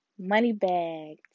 Moneybag